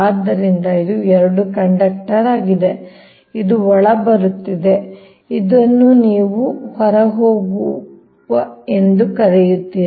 ಆದ್ದರಿಂದ ಇದು 2 ಕಂಡಕ್ಟರ್ ಆಗಿದೆ ಇದು ಒಳಬರುತ್ತಿದೆ ಇದನ್ನು ನೀವು ಹೊರಹೋಗುವ ಎಂದು ಕರೆಯುತ್ತೀರಿ